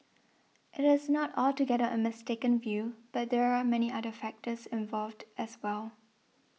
it is not altogether a mistaken view but there are many other factors involved as well